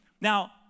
now